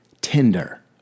tinder